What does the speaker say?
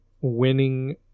winning